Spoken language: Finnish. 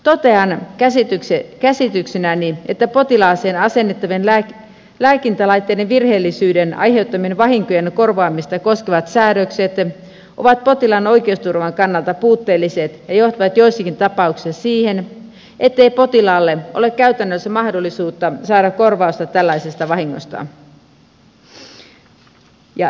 totean käsityksenäni että potilaaseen asennettavien lääkintälaitteiden virheellisyyden aiheuttamien vahinkojen korvaamista koskevat säädökset ovat potilaan oikeusturvan kannalta puutteelliset ja johtavat joissakin tapauksissa siihen ettei potilaalla ole käytännössä mahdollisuutta saada korvausta tällaisesta vahingosta